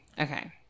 Okay